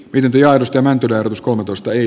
pidempi aidosti mäntylä uskomatosta ei